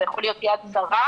זה יכול להיות יד שרה,